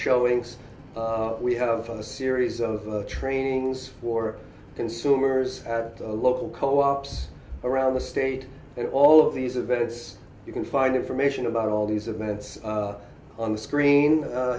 showings we have a series of trainings for consumers at a local co ops around the state and all of these events you can find information about all these events on the screen